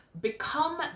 become